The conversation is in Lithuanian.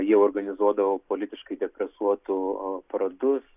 jie organizuodavo politiškai depresuotų paradus